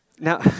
Now